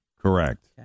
Correct